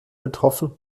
betroffen